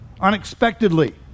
unexpectedly